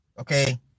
Okay